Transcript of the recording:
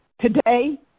today